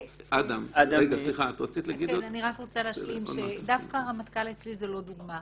אני רק רוצה להשלים שדווקא רמטכ"ל אצלי זה לא דוגמה.